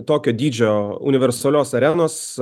tokio dydžio universalios arenos